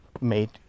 made